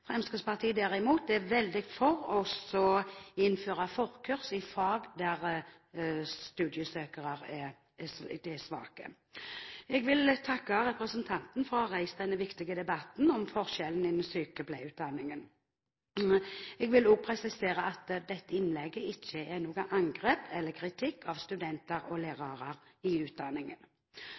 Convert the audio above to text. Fremskrittspartiet er derimot veldig for å innføre forkurs i fag der det er svake studiesøkere. Jeg vil takke representanten for å ha reist denne viktige debatten om forskjellene innen sykepleierutdanningen. Jeg vil òg presisere at dette innlegget ikke er noe angrep på eller kritikk av studenter og lærere i utdanningen.